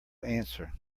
answer